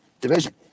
division